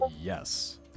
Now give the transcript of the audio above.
yes